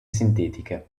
sintetiche